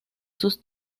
sus